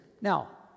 Now